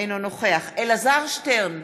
אינו נוכח אלעזר שטרן,